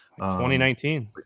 2019